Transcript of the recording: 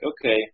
okay